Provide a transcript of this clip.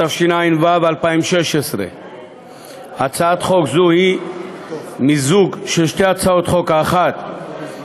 התשע"ו 2016. הצעת חוק זו היא מיזוג של שתי הצעות חוק: האחת,